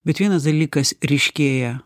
bet vienas dalykas ryškėja